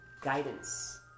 guidance